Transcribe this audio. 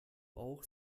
auch